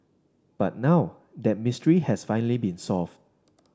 but now that mystery has finally been solved